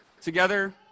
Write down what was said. together